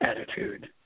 attitude